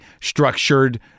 structured